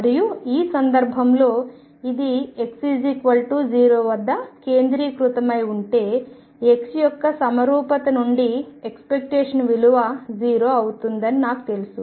మరియు ఈ సందర్భంలో ఇది x0 వద్ద కేంద్రీకృతమై ఉంటే x యొక్క సమరూపత నుండి ఎక్స్పెక్టేషన్ విలువ 0 అవుతుందని నాకు తెలుసు